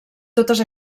totes